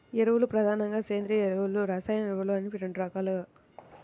ఎరువులు ప్రధానంగా సేంద్రీయ ఎరువులు, రసాయన ఎరువులు అని రెండు రకాలు